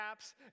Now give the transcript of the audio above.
apps